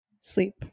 sleep